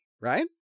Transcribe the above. right